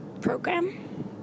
program